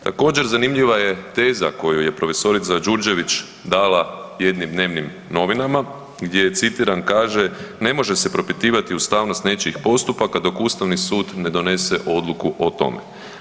Također zanimljiva je teza koju je prof. Đurđević dala jednim dnevnim novinama gdje je citiram kaže, ne može se propitivati ustavnost nečijih postupaka dok Ustavni sud ne donese odluku o tome.